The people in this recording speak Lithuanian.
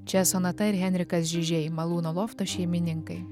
čia sonata ir henrikas žižiai malūno lofto šeimininkai